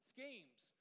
Schemes